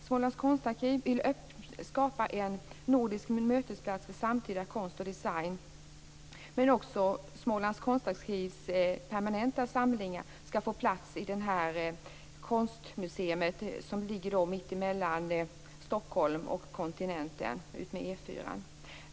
Smålands Konstarkiv vill skapa en nordisk mötesplats för samtida konst och design, men också Smålands Konstarkivs permanenta samlingar skall få plats i konstmuseet som ligger mittemellan Stockholm och kontinenten, utmed E 4:an.